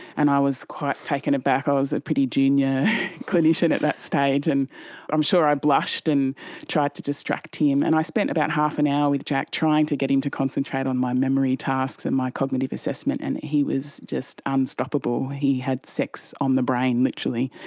i was quite taken aback, i was a pretty junior clinician at that stage, and i'm sure i blushed and tried to distract him. and i spent about half an hour with jack trying to get him to concentrate on my memory tasks and my cognitive assessment, and he was just unstoppable, he had sex on the brain, literally.